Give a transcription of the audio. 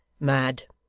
mad,